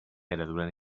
ereduren